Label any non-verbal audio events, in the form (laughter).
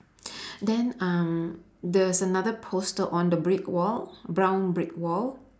(breath) then um there's another poster on the brick wall brown brick wall